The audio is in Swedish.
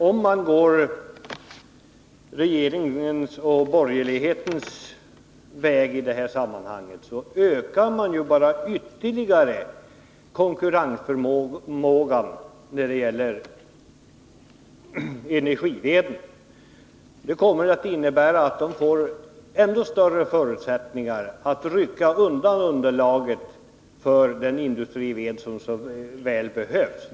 Om man går regeringens och borgerlighetens väg i detta sammanhang ökar man ju bara ytterligare konkurrensförmågan när det gäller energiveden. Det kommer att innebära att det blir ännu större förutsättningar att rycka undan underlaget för den industrived som så väl behövs.